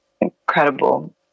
incredible